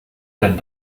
denn